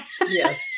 yes